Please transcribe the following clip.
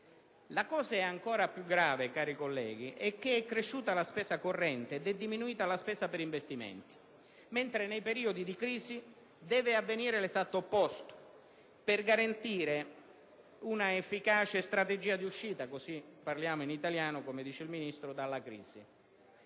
assoluto. Ancor più grave, cari colleghi, è che è cresciuta la spesa corrente ed è diminuita la spesa per investimenti, mentre nei periodi di crisi deve avvenire l'esatto opposto per garantire una efficace strategia di uscita - così parliamo in italiano, come dice il Ministro - dalla crisi.